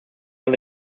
are